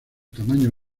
tamaño